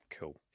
Cool